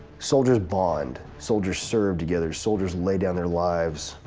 soldiers bond, soldiers serve together, soldiers lay down their lives,